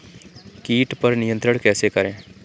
कीट पर नियंत्रण कैसे करें?